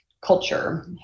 culture